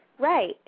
Right